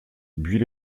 buis